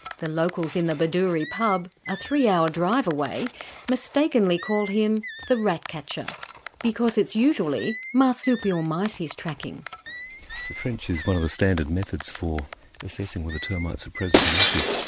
the locals in the bedouri pub, a three-hour drive away mistakenly call him the rat catcher because it's usually marsupial mice he's tracking. the trench is one of the standard methods for assessing whether termites are present and active.